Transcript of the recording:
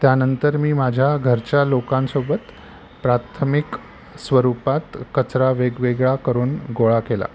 त्यानंतर मी माझ्या घरच्या लोकांसोबत प्राथमिक स्वरूपात कचरा वेगवेगळा करून गोळा केला